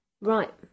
Right